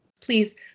Please